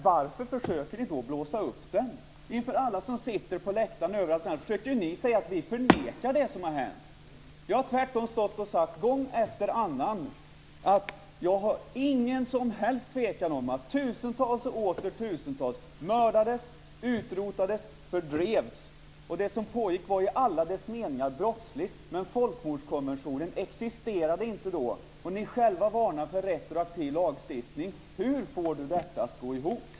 Varför försöker ni då blåsa upp den? Inför alla som sitter på läktaren och överallt annars försökte ni ju säga att vi förnekar det som har hänt. Jag har tvärtom stått och sagt, gång efter annan, att jag inte känner någon som helst tvekan om att tusentals och åter tusentals mördades, utrotades och fördrevs. Det som pågick var i alla dess meningar brottsligt, men folkmordskonventionen existerade inte då. Ni varnar själva för retroaktiv lagstiftning. Hur får ni detta att gå ihop?